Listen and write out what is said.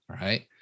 right